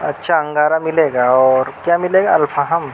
اچھا انگارا ملے گا اور کیا ملے گا الفاہم